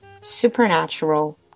supernatural